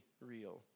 real